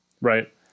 right